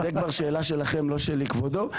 זה כבר שאלה שלכם, לא שלי, כבודו.